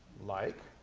like.